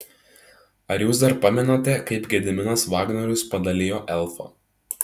ar jūs dar pamenate kaip gediminas vagnorius padalijo elfą